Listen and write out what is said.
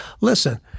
Listen